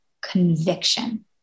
conviction